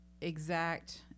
exact